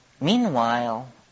meanwhile